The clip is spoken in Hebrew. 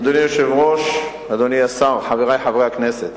אדוני היושב-ראש, אדוני השר, חברי חברי הכנסת,